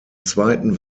zweiten